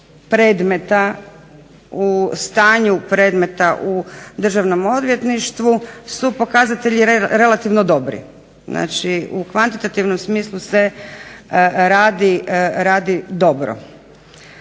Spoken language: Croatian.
predmeta, u stanju predmeta u Državnom odvjetništvu su pokazatelji relativno dobri. Znači u kvantitativnom smislu se radi dobro.